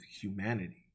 humanity